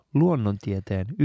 luonnontieteen